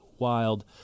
wild